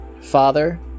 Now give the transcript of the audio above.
Father